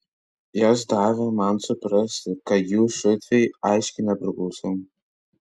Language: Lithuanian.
jos davė man suprasti kad jų šutvei aiškiai nepriklausau